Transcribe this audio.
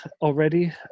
already